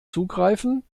zugreifen